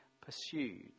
pursued